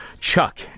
Chuck